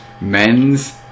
men's